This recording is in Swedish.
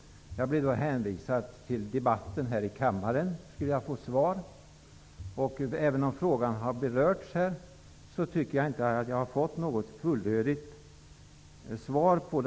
Jag blev hänvisad till debatten här i kammaren, då jag skulle få svar. Även om frågan har berörts här, tycker jag inte att jag har fått något fullödigt svar.